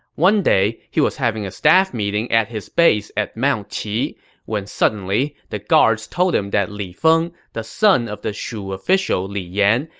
one day, he was having a staff meeting at his base at mount qi when suddenly, the guards told him that li feng, the son of the shu official li yan,